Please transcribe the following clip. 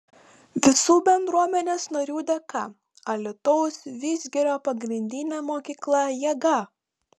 visų bendruomenės narių dėka alytaus vidzgirio pagrindinė mokykla jėga